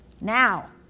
now